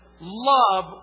Love